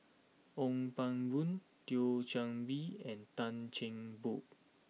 Ong Pang Boon Thio Chan Bee and Tan Cheng Bock